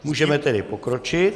Můžeme tedy pokročit.